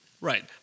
Right